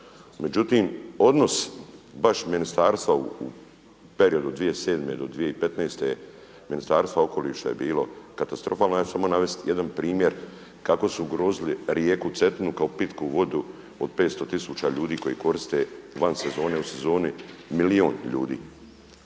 Međutim, odnos baš ministarstva u periodu 2007. do 2015. Ministarstva okoliša je bilo katastrofalno. Ja ću samo navesti jedan primjer kako su ugrozili rijeku Cetinu kao pitku vodu od 500 tisuća ljudi koji koriste van sezone, u sezoni milijun ljudi.